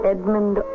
Edmund